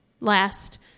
last